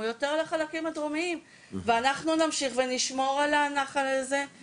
הוא יותר לחלקים הדרומיים ואנחנו נמשיך ונשמור על הנחל הזה ועל הביצוע.